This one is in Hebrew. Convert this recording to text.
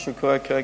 מה שקורה כרגע.